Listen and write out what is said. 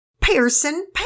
Pearson